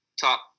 top